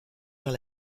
vers